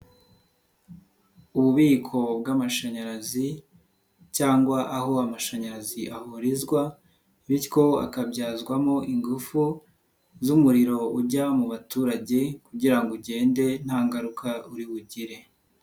Ububiko bw'amashanyarazi cyangwa aho amashanyarazi ahurizwa, bityo akabyazwamo ingufu z'umuriro ujya mu baturage kugira ngo ugende nta ngaruka uri bugire.